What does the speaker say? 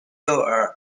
幼儿